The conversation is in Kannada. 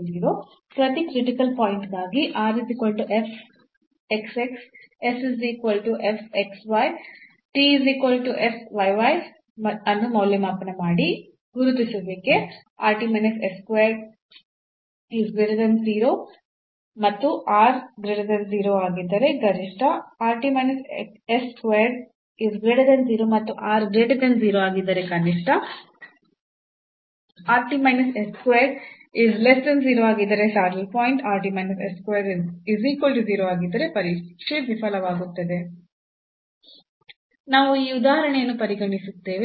• ಪ್ರತಿ ಕ್ರಿಟಿಕಲ್ ಪಾಯಿಂಟ್ ಗಾಗಿ ಅನ್ನು ಮೌಲ್ಯಮಾಪನ ಮಾಡಿ • ಗುರುತಿಸುವಿಕೆ • ಆಗಿದ್ದರೆ ಗರಿಷ್ಠ • ಆಗಿದ್ದರೆ ಕನಿಷ್ಠ • ಆಗಿದ್ದರೆ ಸ್ಯಾಡಲ್ ಪಾಯಿಂಟ್ • ಆಗಿದ್ದರೆ ಪರೀಕ್ಷೆ ವಿಫಲವಾಗುತ್ತದೆ ನಾವು ಈ ಉದಾಹರಣೆಯನ್ನು ಪರಿಗಣಿಸುತ್ತೇವೆ